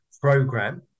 program